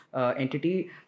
entity